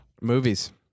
Movies